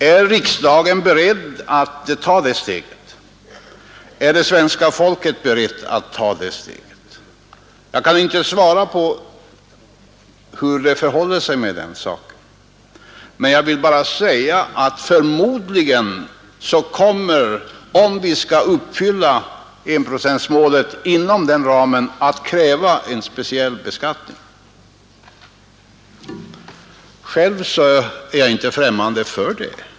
Är riksdagen beredd att ta detta steg? Är det svenska folket berett att ta detta steg? Jag kan inte svara på hur det förhåller sig med den saken. Jag vill säga att förmodligen kommer det — om vi skall uppnå enprocentsmålet inom den ramen — att kräva en speciell beskattning. Själv är jag inte främmande för det.